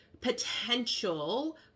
potential